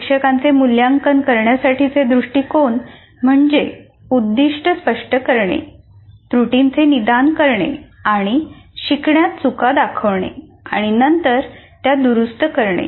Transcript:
शिक्षकांचे मूल्यांकन करण्यासाठीचे दृष्टिकोन म्हणजे उद्दिष्ट स्पष्ट करणे त्रुटींचे निदान करणे आणि शिकण्यात चुका दाखवणे आणि नंतर त्या दुरुस्त करणे